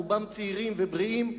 רובם צעירים ובריאים,